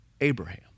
Abraham